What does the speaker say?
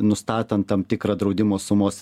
nustatant tam tikrą draudimo sumos